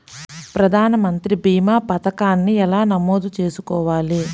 ప్రధాన మంత్రి భీమా పతకాన్ని ఎలా నమోదు చేసుకోవాలి?